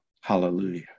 Hallelujah